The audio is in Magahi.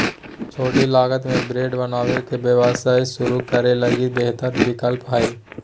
छोटी लागत में ब्रेड बनावे के व्यवसाय शुरू करे लगी बेहतर विकल्प हइ